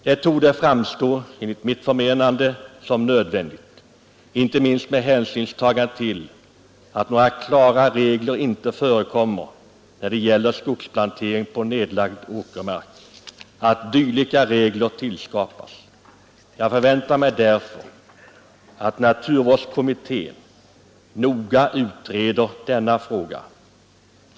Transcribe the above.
Det torde framstå som nödvändigt, inte minst med hänsyn till att några klara regler inte förekommer när det gäller skogsplantering på nedlagd åkermark, att dylika regler skapas. Jag förväntar mig därför att naturvårdskommittén noga utreder denna fråga.